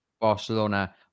Barcelona